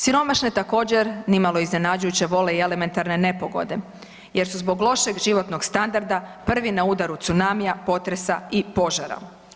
Siromašne također nimalo iznenađujuće vole i elementarne nepogode jer su zbog lošeg životnog standarda prvi na udaru tsunamija, potresa i požara.